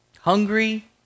hungry